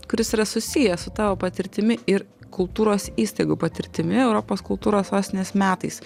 kuris yra susiję su tavo patirtimi ir kultūros įstaigų patirtimi europos kultūros sostinės metais